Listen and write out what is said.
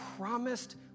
promised